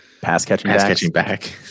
Pass-catching-back